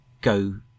go